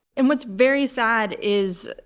and what's very sad is,